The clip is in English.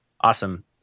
Awesome